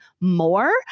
more